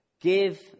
give